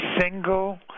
single